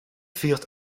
viert